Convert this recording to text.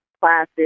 classes